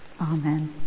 Amen